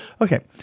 Okay